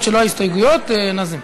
אף שלא היו הסתייגויות, נאזם,